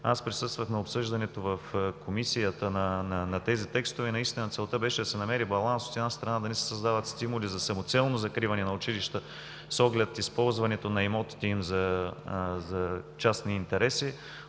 Аз присъствах на обсъждането в Комисията на тези текстове. Наистина целта беше да се намери баланс, и от една страна да не се създават стимули за самоцелно закриване на училища с оглед използването на имотите им за частни интереси,